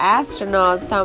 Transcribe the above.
astronauts